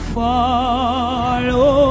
follow